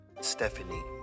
Stephanie